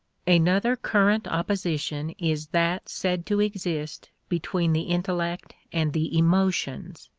another current opposition is that said to exist between the intellect and the emotions.